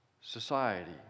society